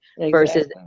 versus